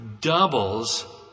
doubles